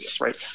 Right